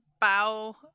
bow